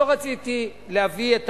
לא רציתי להביא את